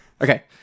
Okay